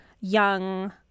young